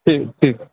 ठीक ठीक